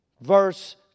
Verse